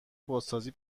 بازسازی